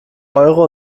euro